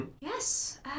Yes